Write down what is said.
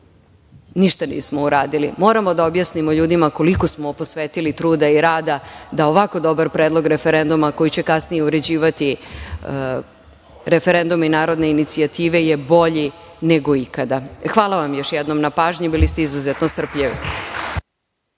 ništa nismo uradili. Moramo da objasnimo ljudima koliko smo posvetili truda i rada da ovako dobar Predlog referenduma, koji će kasnije uređivati referendume i narodne inicijative, je bolji nego ikada. Hvala vam još jednom na pažnji, bili ste izuzetno strpljivi.